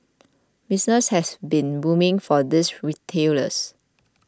business has been booming for these retailers